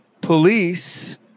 police